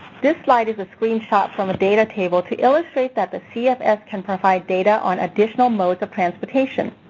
this slide is a screenshot from a data table to illustrate that the cfs can provide data on additional modes of transportation.